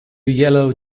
yellow